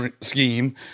scheme